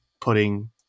putting